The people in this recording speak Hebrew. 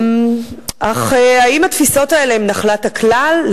אך האם התפיסות האלה הן נחלת הכלל?